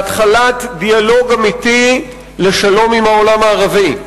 להתחלת דיאלוג אמיתי לשלום עם העולם הערבי,